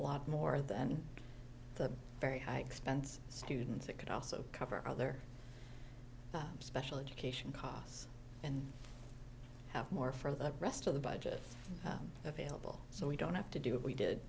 lot more than the very high expense students it could also cover other special education costs and more for the rest of the budget available so we don't have to do it we did